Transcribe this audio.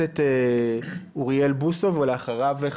הכנסת אוריאל בוסו, בבקשה.